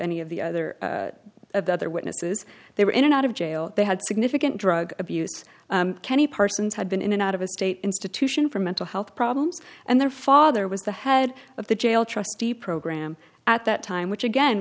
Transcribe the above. any of the other of the other witnesses they were in and out of jail they had significant drug abuse kenny parsons had been in and out of a state institution for mental health problems and their father was the head of the jail trustee program at that time which again